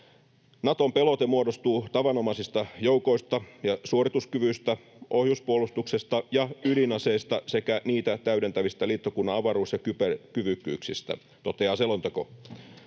”Naton pelote muodostuu tavanomaisista joukoista ja suorituskyvystä, ohjuspuolustuksesta ja ydinaseista sekä niitä täydentävistä liittokunnan avaruus- ja kyberkyvykkyyksistä”, toteaa selonteko.